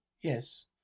Yes